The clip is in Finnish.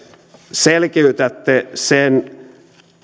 selkiytätte sen